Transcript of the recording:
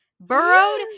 burrowed